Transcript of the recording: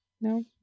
No